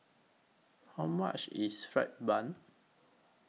How much IS Fried Bun